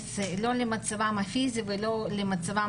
מתייחס לא למצבן הפיזי ולא למצבן